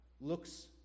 looks